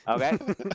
okay